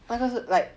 那个是 like